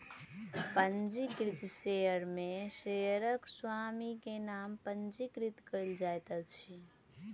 पंजीकृत शेयर में शेयरक स्वामी के नाम पंजीकृत कयल जाइत अछि